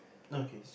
okay